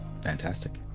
Fantastic